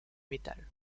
metal